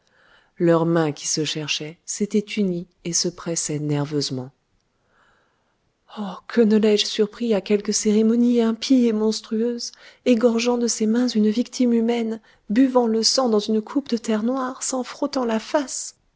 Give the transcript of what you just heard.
leurs mains qui se cherchaient s'étaient unies et se pressaient nerveusement oh que ne l'ai-je surpris à quelque cérémonie impie et monstrueuse égorgeant de ses mains une victime humaine buvant le sang dans une coupe de terre noire s'en frottant la face